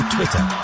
Twitter